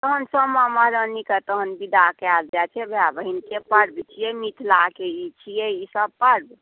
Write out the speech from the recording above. तहन सामा महारानीके तहन विदा कयल जायत भाय बहिनके पर्व छियै मिथिलाके छियै ई सभ पर्व